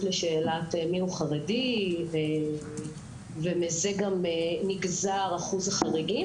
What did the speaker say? לשאלת מיהו חרדי ומזה גם נגזר אחוז החריגים,